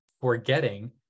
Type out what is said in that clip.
forgetting